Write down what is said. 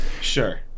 sure